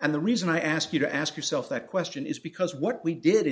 and the reason i ask you to ask yourself that question is because what we did in